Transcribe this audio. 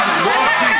לא רק בי,